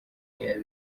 yari